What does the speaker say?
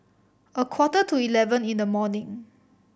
a quarter to eleven in the morning